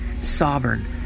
sovereign